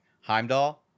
Heimdall